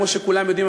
כמו שכולם יודעים,